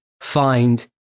find